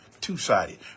two-sided